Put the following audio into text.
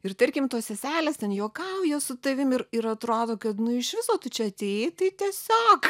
ir tarkim tos seselės ten juokauja su tavim ir ir atrodo kad iš viso čia atėjai tai tiesiog